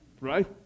Right